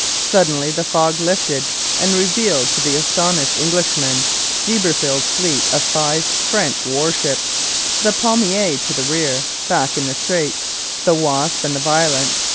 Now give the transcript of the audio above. suddenly the fog lifted and revealed to the astonished englishmen d'iberville's fleet of five french warships the palmier to the rear, back in the straits the wasp and the violent,